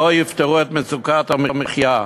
לא תפתור את מצוקת המחיה.